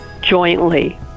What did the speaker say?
jointly